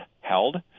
held